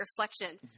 reflection